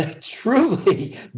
truly